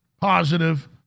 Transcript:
positive